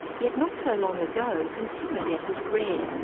yet not so long ago, consumer debt was rare,